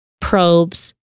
probes